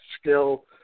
skill